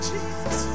Jesus